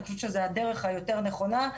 אני חושבת שזאת הדרך היותר נכונה,